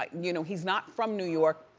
like you know, he's not from new york.